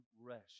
rest